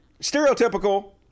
stereotypical